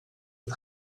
het